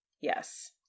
Yes